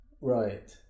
Right